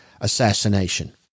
assassination